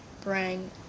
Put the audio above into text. bring